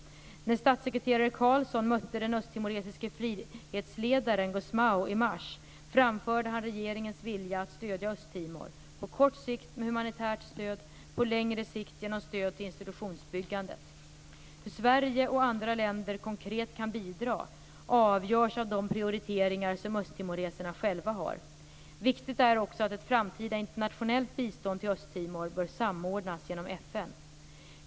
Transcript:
När statssekreterare Karlsson mötte den östtimoresiske frihetsledaren Xanana Gusmão i mars, framförde han regeringens vilja att stödja Östtimor: på kort sikt med humanitärt stöd, på längre sikt genom stöd till institutionsbyggandet. Hur Sverige och andra länder konkret kan bidra, avgörs av de prioriteringar som östtimoreserna själva har. Viktigt är också att ett framtida internationellt bistånd till Östtimor bör samordnas genom FN.